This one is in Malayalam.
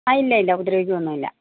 ആ ഇല്ല ഇല്ല ഉപദ്രവിക്കുക ഒന്നും ഇല്ല